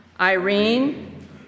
Irene